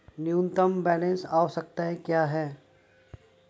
न्यूनतम बैलेंस आवश्यकताएं क्या हैं?